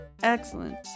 excellent